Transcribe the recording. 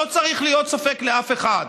לא צריך להיות ספק לאף אחד.